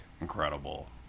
incredible